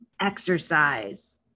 exercise